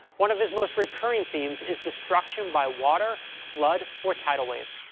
one of his most recurring themes is destruction by water, flood, or tidal wave.